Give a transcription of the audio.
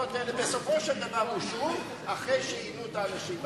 בסופו של דבר כל התוכניות האלה אושרו אחרי שעינו את האנשים.